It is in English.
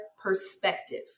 perspective